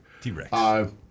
T-Rex